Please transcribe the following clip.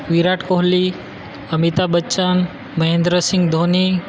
Virat Kohli Amitabh Bachchan Mahendra Singh Dhoni